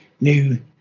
new